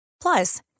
Plus